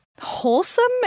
wholesome